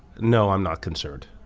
no, i'm not concerned.